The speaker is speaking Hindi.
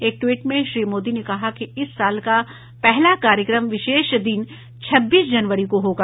एक ट्वीट में श्री मोदी ने कहा है कि इस साल का पहला कार्यक्रम विशेष दिन छब्बीस जनवरी को होगा